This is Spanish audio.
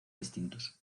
distintos